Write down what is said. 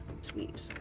Sweet